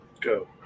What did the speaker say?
go